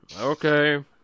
okay